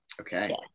Okay